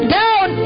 down